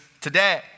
today